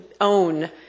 own